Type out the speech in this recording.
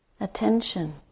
attention